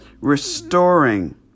Restoring